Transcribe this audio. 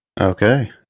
Okay